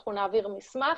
אנחנו נעביר מסמך,